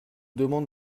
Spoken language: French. demande